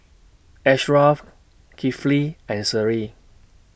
Ashraff Kifli and Seri